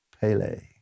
Pele